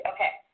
Okay